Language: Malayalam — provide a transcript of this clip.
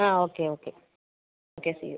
ആ okay okay okay see U